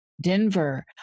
Denver